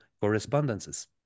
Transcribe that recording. correspondences